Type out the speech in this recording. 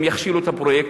הם יכשילו את הפרויקט.